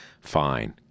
fine